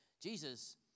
Jesus